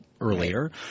earlier